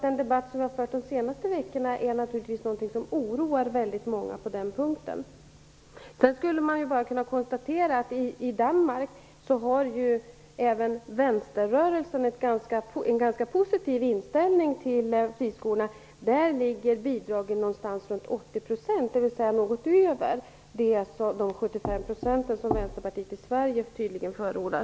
Den debatt som de senaste veckorna förts på den punkten oroar naturligtvis väldigt många. Sedan vill jag bara konstatera att i Danmark har även vänsterrörelsen en ganska positiv inställning till friskolorna. Där ligger bidragen något över 80 %, vilket skall jämföras med de 75 % som Vänsterpartiet i Sverige tydligen förordar.